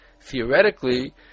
theoretically